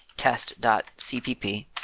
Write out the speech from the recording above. test.cpp